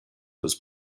was